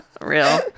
real